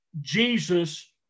Jesus